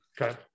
Okay